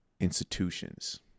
institutions